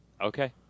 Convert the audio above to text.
Okay